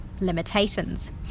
limitations